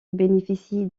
bénéficie